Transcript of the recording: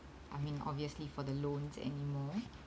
I mean obviously for the loans anymore